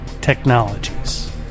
technologies